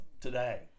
today